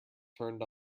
turned